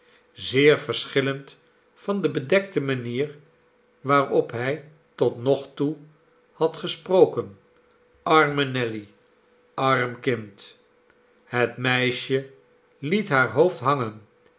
zeer verschillend van de bed ekte manier waarop hij tot nog toe had gesproken arme nelly arm kind het meisje liet haar hoofd hangen